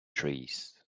trees